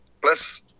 Plus